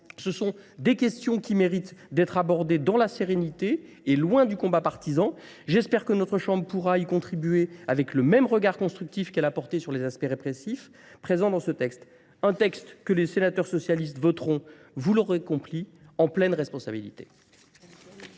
Ce sont des questions qui méritent d'être abordées dans la sérénité et loin du combat partisan. J'espère que notre Chambre pourra y contribuer avec le même regard constructif qu'elle a porté sur les aspects répressifs présents dans ce texte. Un texte que les sénateurs socialistes voteront, vous l'aurez compris, en pleine responsabilité.